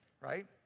right